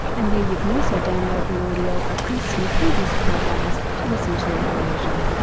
and there you can also download the audio of this and previous programs to listen to at your leisure.